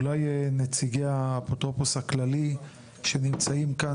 אולי נציגי האפוטרופוס הכללי שנמצאים כאן,